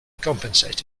compensated